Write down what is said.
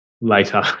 later